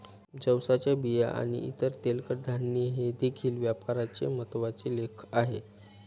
जवसाच्या बिया आणि इतर तेलकट धान्ये हे देखील व्यापाराचे महत्त्वाचे लेख आहेत